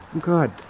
Good